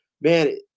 man